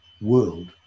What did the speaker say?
world